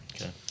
Okay